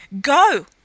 Go